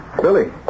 Billy